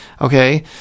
Okay